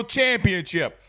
championship